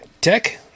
Tech